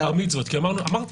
אמרתי.